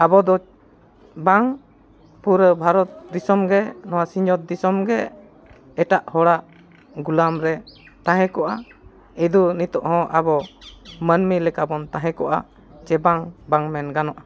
ᱟᱵᱚ ᱫᱚ ᱵᱟᱝ ᱯᱩᱨᱟᱹᱣ ᱵᱷᱟᱨᱚᱛ ᱫᱤᱥᱚᱢ ᱜᱮ ᱱᱚᱣᱟ ᱥᱤᱧᱚᱛ ᱫᱤᱥᱚᱢ ᱜᱮ ᱮᱴᱟᱜ ᱦᱚᱲᱟᱜ ᱜᱳᱞᱟᱢ ᱨᱮ ᱛᱟᱦᱮᱸ ᱠᱚᱜᱼᱟ ᱤᱫᱩ ᱱᱤᱛᱚᱜ ᱟᱵᱚ ᱢᱟᱹᱱᱢᱤ ᱞᱮᱠᱟᱵᱚᱱ ᱛᱟᱦᱮᱸ ᱠᱚᱜᱼᱟ ᱥᱮ ᱵᱟᱝ ᱢᱮᱱ ᱜᱟᱱᱚᱜᱼᱟ